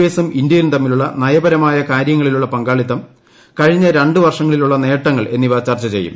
എസും ഇന്ത്യയും തമ്മിലുള്ള നയപരമായ കാര്യങ്ങളിലുള്ള പങ്കാളിത്തം കഴിഞ്ഞ രണ്ടുവർഷങ്ങളിലുള്ള നേട്ടങ്ങൾ എന്നിവ ചർച്ച ചെയ്യും